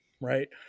right